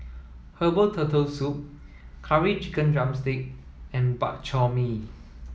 herbal turtle soup curry chicken drumstick and Bak Chor Mee